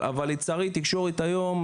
אבל לצערי התקשורת היום,